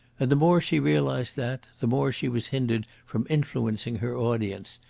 and the more she realised that, the more she was hindered from influencing her audience,